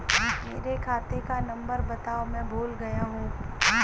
मेरे खाते का नंबर बताओ मैं भूल गया हूं